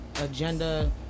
agenda